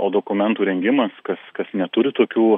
o dokumentų rengimas kas kas neturi tokių